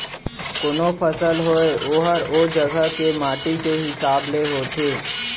कोनों फसल होय ओहर ओ जघा के माटी के हिसाब ले होथे